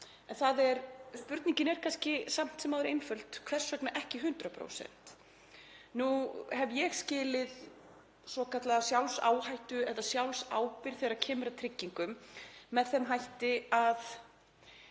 En spurningin er samt sem áður einföld: Hvers vegna ekki 100%? Nú hef ég skilið svokallaða sjálfsáhættu eða sjálfsábyrgð þegar kemur að tryggingum með þeim hætti að